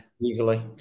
Easily